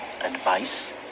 advice